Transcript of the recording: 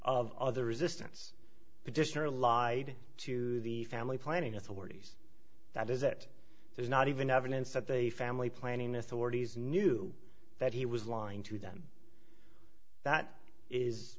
of other resistance petitioner allied to the family planning authorities that is that there's not even evidence that they family planning authorities knew that he was lying to them that is